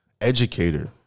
Educator